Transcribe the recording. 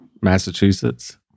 Massachusetts